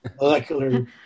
molecular